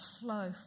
flow